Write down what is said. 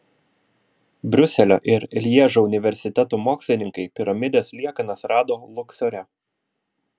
briuselio ir lježo universitetų mokslininkai piramidės liekanas rado luksore